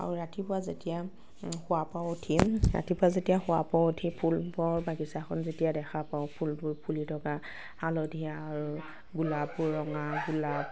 আৰু ৰাতিপুৱা যেতিয়া শুৱাৰ পৰা উঠিয়েই ৰাতিপুৱা যেতিয়া শুৱাৰ পৰা উঠিয়েই ফুলবোৰৰ বগিচাখন যেতিয়া দেখা পাওঁ ফুলবোৰ ফুলি থকা হালধীয়া গোলাপ ৰঙা গোলাপ